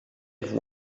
have